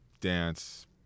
dance